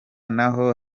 naho